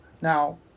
now